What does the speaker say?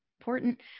important